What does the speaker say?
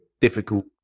difficult